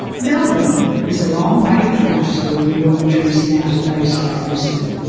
melbourne was a long way from our school and dormitories in outer bayside brisbane,